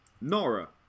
Nora